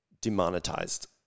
demonetized